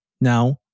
Now